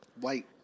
White